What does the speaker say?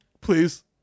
please